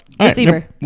Receiver